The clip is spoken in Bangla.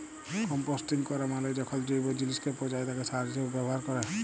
কম্পোস্টিং ক্যরা মালে যখল জৈব জিলিসকে পঁচায় তাকে সার হিসাবে ব্যাভার ক্যরে